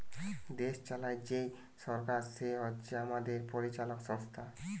দেশ চালায় যেই সরকার সে হচ্ছে আমাদের পরিচালক সংস্থা